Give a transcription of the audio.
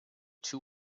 two